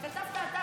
שכתבת אתה,